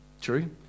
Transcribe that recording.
True